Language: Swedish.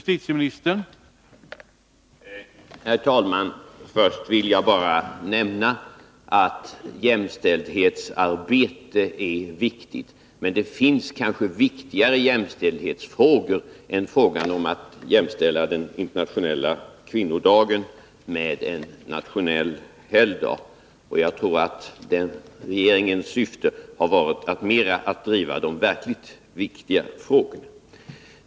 Herr talman! Först vill jag bara nämna att jämställdhetsarbetet är viktigt. Men det finns kanske viktigare jämställdhetsfrågor än frågan om att jämställa den internationella kvinnodagen med en nationell helgdag. Jag tror att regeringens syfte mera har varit att driva de verkligt viktiga frågorna.